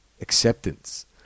acceptance